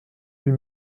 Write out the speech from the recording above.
huit